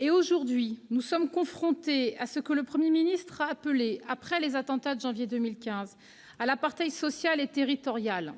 Aujourd'hui, nous sommes confrontés à ce que le Premier ministre a appelé, après les attentats de janvier 2015, l'« apartheid social et territorial